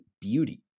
beauty